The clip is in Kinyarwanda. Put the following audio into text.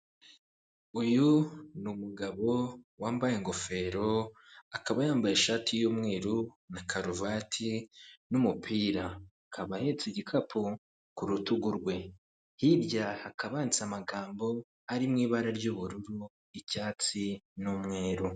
Uyu ni umugabo wambaye ingofero, akaba yambaye ishati y'umweru na karuvati n,umupira akaba ahetse igikapu ku rutugu rwe, hirya hakaba handitse amagambo ari mu ibara ry'ubururu, icyatsi n'umweru.